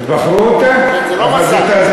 בחרו אותה.